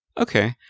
Okay